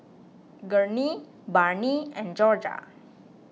Gurney Barney and Jorja